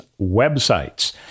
websites